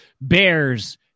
Bears